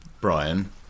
Brian